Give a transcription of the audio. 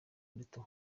rito